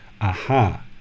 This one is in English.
aha